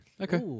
Okay